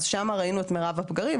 אז שם ראינו את מירב הפגרים,